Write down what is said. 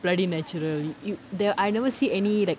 bloody natural yo~ there I never see any like